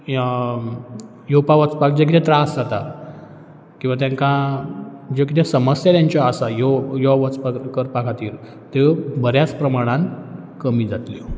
य येवपा वचपाक जे कितें त्रास जातात किंवां तेंकां ज्यो कितें समस्या तेंच्यो आसा योप यो वचपा कर करपा खातीर त्यो बऱ्याच प्रमाणांत कमी जातल्यो